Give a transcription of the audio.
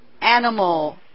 animal